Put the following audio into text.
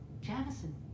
Jamison